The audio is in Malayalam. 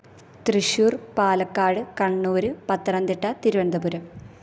തൃശ്ശൂര് പാലക്കാട് കണ്ണൂർ പത്തനംതിട്ട തിരുവനന്തപുരം